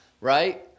right